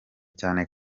cyane